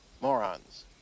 Morons